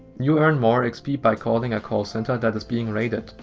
you earn more xp by calling a call center that is being raided.